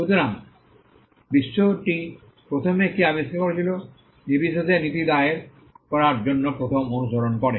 সুতরাং বিশ্বটি প্রথমে কে আবিষ্কার আবিষ্কার করেছিল নির্বিশেষে নীতি দায়ের করার জন্য প্রথমে অনুসরণ করে